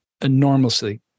enormously